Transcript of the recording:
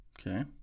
Okay